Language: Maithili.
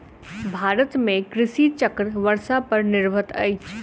भारत में कृषि चक्र वर्षा पर निर्भर अछि